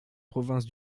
province